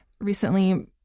recently